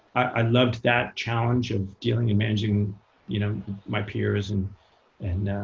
i loved that challenge of dealing, and managing you know my peers, and and